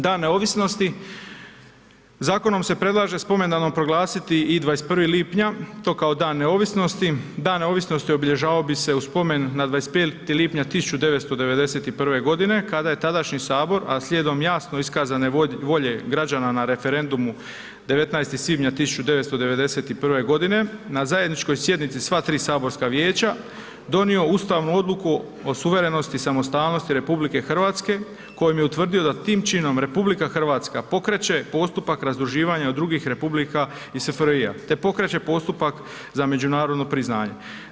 Dan neovisnosti, zakonom se predlaže spomendanom proglasiti i 21. lipnja to kao Dan neovisnosti, Dan neovisnosti obilježavao bi se u spomen na 25. lipnja 1991. godine kada je tadašnji sabor a slijedom jasno iskazane volje građana na referendumu 19. svibnja 1991. godine na zajedničkoj sjednici sva tri saborska vijeća donio ustavnu odluku o suverenosti i samostalnosti RH kojim je utvrdio da tim činom RH pokreće postupak razdruživanja od drugih republika iz SFRJ-a te pokreće postupak za međunarodno priznanje.